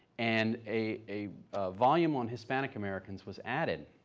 and a volume on hispanic americans was added.